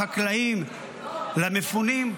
לחקלאים ולמפונים?